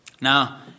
Now